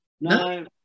no